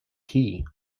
key